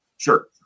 Sure